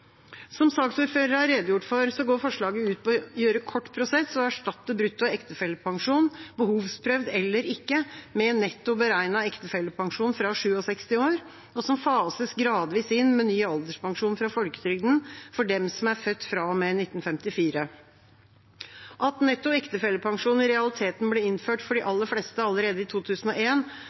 Som saksordføreren har redegjort for, går forslaget ut på å gjøre kort prosess og erstatte brutto ektefellepensjon, behovsprøvd eller ikke, med netto beregnet ektefellepensjon fra 67 år, og som fases gradvis inn med ny alderspensjon fra folketrygden for dem som er født fra og med 1954. At netto ektefellepensjon i realiteten ble innført for de aller fleste allerede i